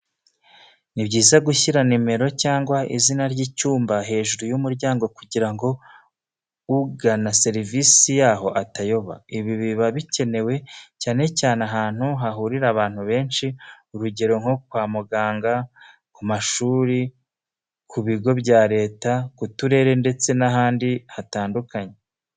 Ni byiza gushyira nimero cyangwa izina ry'icyumba hejuru y'umuryango kugira ngo ugana serivisi yaho atayoba. Ibi biba bikenewe cyane cyane ahantu hahurira abantu benshi, urugero nko kwa muganga, ku mashuri ku bigo bya leta, ku turere ndetse n'ahandi hatandukanye.